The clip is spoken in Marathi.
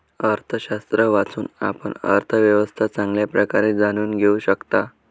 अर्थशास्त्र वाचून, आपण अर्थव्यवस्था चांगल्या प्रकारे जाणून घेऊ शकता